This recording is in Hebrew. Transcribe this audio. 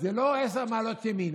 זה לא עשר מעלות ימינה,